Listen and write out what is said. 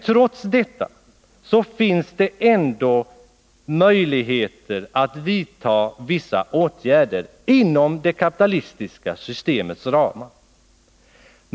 Trots detta borde det finnas möjligheter att vidta vissa åtgärder inom det kapitalistiska systemets ram.